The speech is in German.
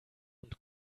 und